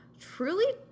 truly